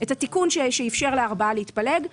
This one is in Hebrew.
את התיקון שאפשר לארבעה להתפלג.